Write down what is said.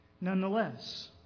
nonetheless